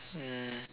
ya